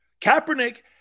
Kaepernick